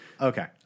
Okay